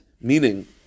Meaning